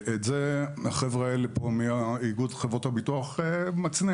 את זה החבר'ה מאיגוד חברות הביטוח מצניע.